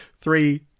Three